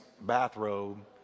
bathrobe